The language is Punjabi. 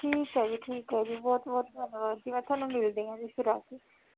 ਠੀਕ ਹੈ ਜੀ ਠੀਕ ਹੈ ਜੀ ਬਹੁਤ ਬਹੁਤ ਧੰਨਵਾਦ ਜੀ ਮੈਂ ਤੁਹਾਨੂੰ ਮਿਲਦੀ ਹਾਂ ਜੀ ਫਿਰ ਆ ਕੇ